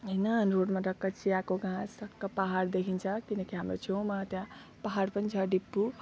होइन रोडमा टक्क चियाको गाछ टक्क पहाड देखिन्छ किनकि हाम्रो छेउमा त्यहाँ पहाड पनि छ डिपू